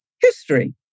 history